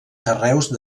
carreus